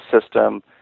system